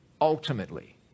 ultimately